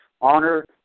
honor